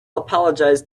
apologized